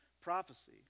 prophecy